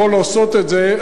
יכול לעשות את זה.